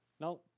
Now